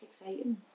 exciting